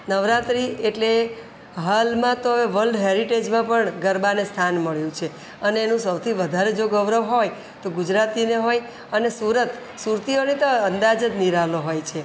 નવરાત્રિ એટલે હાલમાં તો હવે વલ્ડ હેરિટેજમાં પણ ગરબાને સ્થાન મળ્યું છે અને એનું સૌથી વધારે જો ગૌરવ હોય તો ગુજરાતીને હોય અને સુરત સુરતીઓનો તો અંદાજ જ નિરાળો હોય છે